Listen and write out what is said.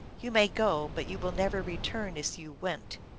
you may go but you will never return as you went.